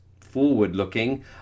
forward-looking